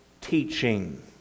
teaching